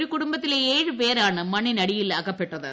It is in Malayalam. ഒരു കുടുംബത്തിലെ ഏഴ് പേരാണ് മണ്ണിനടിയിൽ അകപ്പെട്ടത്